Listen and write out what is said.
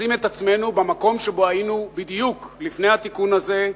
מוצאים את עצמנו במקום שבו היינו בדיוק לפני התיקון הזה,